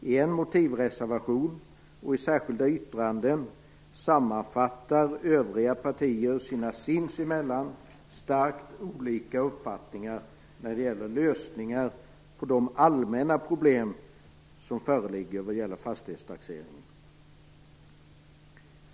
I en motivreservation och i särskilda yttranden sammanfattar övriga partier sina sinsemellan starkt olika uppfattningar om lösningar på de allmänna problem vid fastighetstaxeringen.